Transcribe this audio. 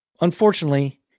Unfortunately